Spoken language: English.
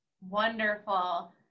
Wonderful